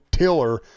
tiller